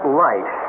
light